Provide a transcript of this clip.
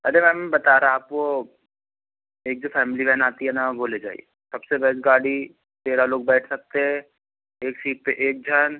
अरे मैम बता रहा आप वो एक जो फै़मिली वैन आती है न वो लो जाइए सबसे बेस्ट गाड़ी तेरह लोग बैठ सकते है एक सीट पर एक जन